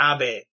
Abe